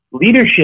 Leadership